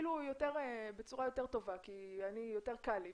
ואפילו בצורה יותר טובה כי לי יותר קל.